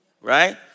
right